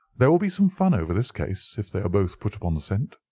there will be some fun over this case if they are both put upon the scent.